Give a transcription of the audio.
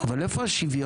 אבל איפה השוויון?